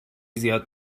زیاد